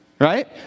Right